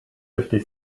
fifty